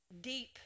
deep